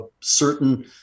certain